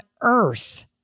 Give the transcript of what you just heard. earth